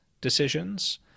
decisions